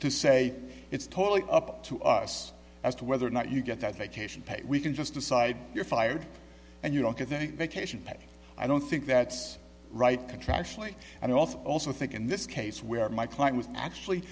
to say it's totally up to us as to whether or not you get that vacation pay we can just decide you're fired and you don't get any vacation pay i don't think that's right contractually and i also also think in this case where my client was actually